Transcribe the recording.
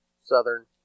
Southern